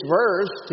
verse